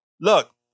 Look